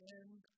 end